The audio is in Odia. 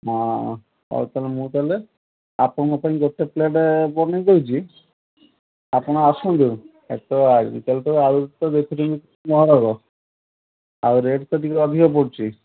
ହଁ ହଉ ତା'ହେଲେ ମୁଁ ତା'ହେଲେ ଆପଣଙ୍କ ପାଇଁ ଗୋଟେ ପ୍ଲେଟ୍ ବନେଇ ଦଉଛି ଆପଣ ଆସନ୍ତୁ ହେଇତ ଆଜିକାଲି ତ ଆଳୁ ତ ଦେଖୁଚନ୍ତି ମହରଗ ଆଉ ରେଟ୍ ତ ଟିକେ ଅଧିକ ପଡ଼ୁଛି